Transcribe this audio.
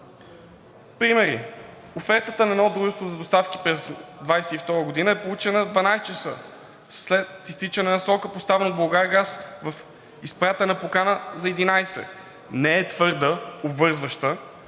Примери. Офертата на едно дружество за доставки през 2022 г. е получена в 12,00 ч., след изтичане на срока, поставен от „Булгаргаз“, в изпратена покана за 11,00 ч. Не е твърда, обвързваща,